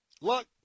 look